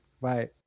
Bye